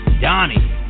Donnie